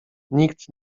nikt